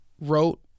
wrote